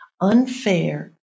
unfair